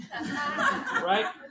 right